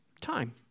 Time